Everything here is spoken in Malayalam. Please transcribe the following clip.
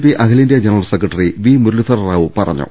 P അഖി ലേന്ത്യാ general secretary V Muralidhar Rao പറഞ്ഞു